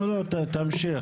לא, לא, תסיים.